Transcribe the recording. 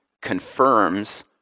confirms